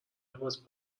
لباس